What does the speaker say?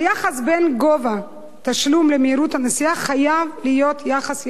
היחס בין גובה תשלום למהירות הנסיעה חייב להיות יחס ישיר,